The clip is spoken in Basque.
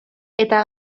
eta